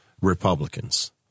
Republicans